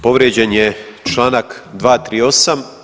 Povrijeđen je članak 238.